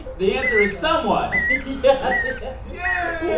the answer is someone yeah ah yeah yeah